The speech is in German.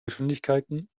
geschwindigkeiten